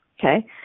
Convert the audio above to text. Okay